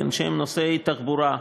שהם נושאי תחבורה,